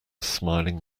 smiling